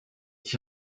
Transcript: ich